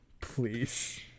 Please